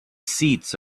seats